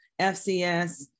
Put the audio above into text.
FCS